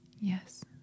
Yes